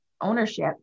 ownership